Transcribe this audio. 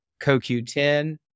CoQ10